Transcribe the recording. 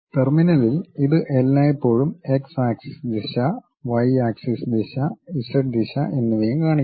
ടെർമിനലിൽ ഇത് എല്ലായ്പ്പോഴും x ആക്സിസ് ദിശ y ആക്സിസ് ദിശ z ദിശ എന്നിവയും കാണിക്കുന്നു